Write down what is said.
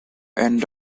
end